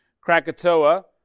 Krakatoa